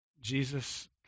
Jesus